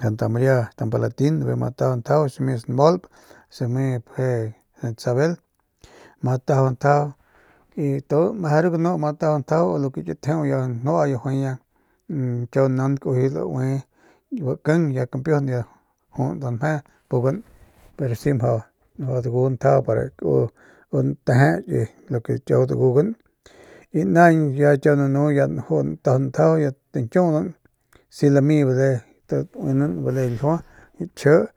santa maria tampalatin biujiy ama tajau ntjajau si me smaulp si me pje santa isabel ma tajau ntjajau y tu meje ru ganu ma tajau ntjajau y lu ke ki ntjajau kiau nank u juay laue bakiñg ya kampiujun jus nda nmje pugan pero si mjau dagu njtjajau pa u nteje lo ke u dagugan y naañ ya kiau nanu ya najuun natajaun tjajau ya tañkiudan y si lame bale bale ljiua y kji.